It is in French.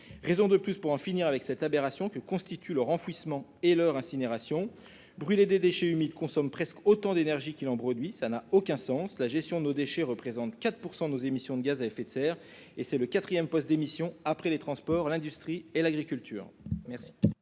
raison de plus pour en finir avec l'aberration que constituent leur enfouissement et leur incinération. Brûler des déchets humides consomme presque autant d'énergie qu'en produire ; cela n'a aucun sens. La gestion de nos déchets représente 4 % de nos émissions de gaz à effet de serre ; c'est le quatrième poste d'émission après les transports, l'industrie et l'agriculture. Quel